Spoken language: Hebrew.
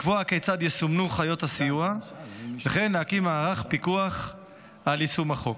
לקבוע כיצד יסומנו חיות הסיוע וכן להקים מערך פיקוח על יישום החוק.